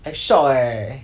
I shock eh